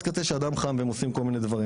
כזה שהדם חם והם עושים כל מיני דברים,